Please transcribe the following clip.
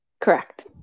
Correct